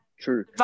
true